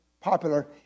popular